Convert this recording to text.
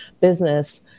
business